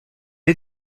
est